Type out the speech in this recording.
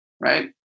Right